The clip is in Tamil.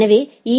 எனவே ஈ